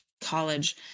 college